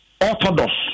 orthodox